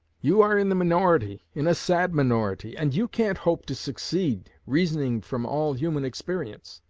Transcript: you are in the minority in a sad minority and you can't hope to succeed, reasoning from all human experience.